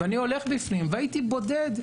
הלכתי בפנים והייתי בודד,